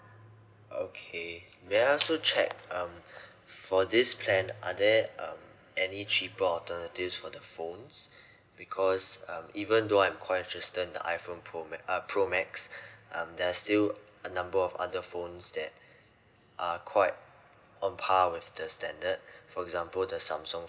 okay may I also check um for this plan are there um any cheaper alternatives for the phones because um even though I'm quite interested in the iphone pro ma~ uh pro max um there're still a number of other phones that are quite on par with the standard for example the samsung